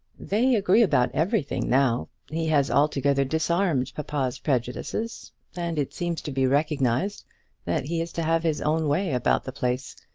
they agree about everything now. he has altogether disarmed papa's prejudices, and it seems to be recognised that he is to have his own way about the place.